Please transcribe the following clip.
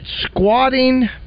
squatting